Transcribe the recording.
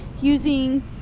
using